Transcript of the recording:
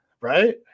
right